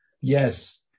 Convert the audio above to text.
Yes